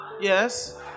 Yes